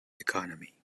economy